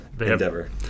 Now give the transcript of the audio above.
endeavor